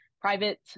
private